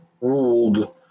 ruled